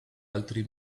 altri